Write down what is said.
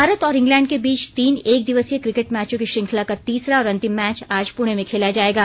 भारत और इंग्लैंड के बीच तीन एकदिवसीय क्रिकेट मैचों की श्रृंखला का तीसरा और अंतिम मैच आज पुणे में खेला जाएगा